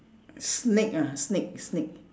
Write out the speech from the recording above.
snake ah snake snake